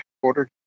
quarter